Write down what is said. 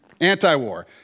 Anti-war